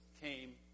came